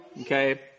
Okay